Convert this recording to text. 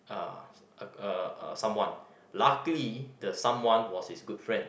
uh someone luckily the someone was his good friend